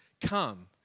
come